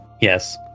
Yes